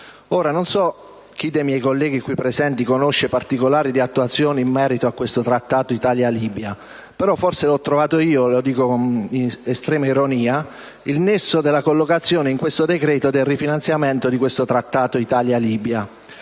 non so chi tra i miei colleghi qui presenti conosce particolari di attuazione in merito a questo Trattato Italia-Libia, però forse l'ho trovato io (lo dico con estrema ironia) il nesso della collocazione in questo decreto del rifinanziamento di questo Trattato Italia-Libia: